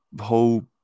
whole